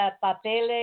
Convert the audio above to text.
papeles